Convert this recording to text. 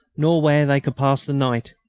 nor where they could pass the night.